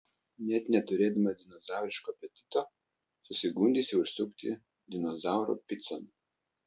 net neturėdamas dinozauriško apetito susigundysi užsukti dinozauro picon